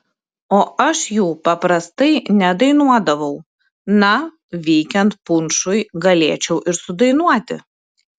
o aš jų paprastai nedainuodavau na veikiant punšui galėčiau ir sudainuoti